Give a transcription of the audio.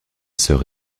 sœur